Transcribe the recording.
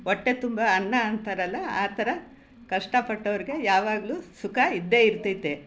ಹೊಟ್ಟೆ ತುಂಬ ಅನ್ನ ಅಂತಾರಲ್ಲ ಆ ಥರ ಕಷ್ಟ ಪಟ್ಟೋರಿಗೆ ಯಾವಾಗಲೂ ಸುಖ ಇದ್ದೇ ಇರ್ತೈತೆ